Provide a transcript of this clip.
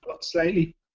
slightly